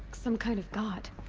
some kind of god?